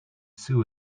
sue